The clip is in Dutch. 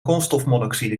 koolstofmonoxide